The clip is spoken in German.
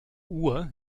uhr